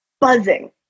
buzzing